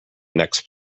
next